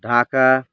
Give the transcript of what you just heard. Dhaka